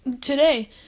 today